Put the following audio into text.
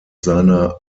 seiner